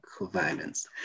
violence